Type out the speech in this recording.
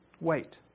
Wait